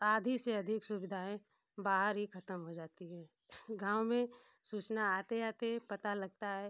आधी से अधिक सुविधाएँ बाहर ही ख़त्म हो जाती हैं गाँव में सूचना आते आते पता लगता है